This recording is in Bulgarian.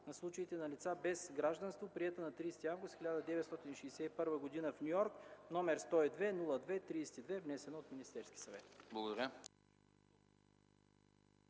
на случаите на лица без гражданство, приета на 30 август 1961 г. в Ню Йорк, № 102-02-32, внесен от Министерския съвет.”